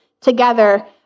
together